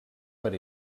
per